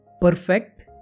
perfect